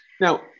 Now